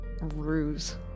ruse